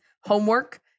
homework